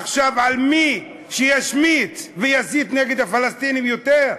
על מי שישמיץ ויסית נגד הפלסטינים יותר?